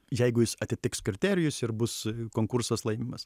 jeigu jis atitiks kriterijus ir bus konkursas laimimas